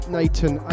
Nathan